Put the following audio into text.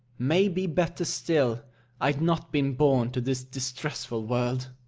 may be better still i'd not been born to this distressful world.